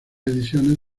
ediciones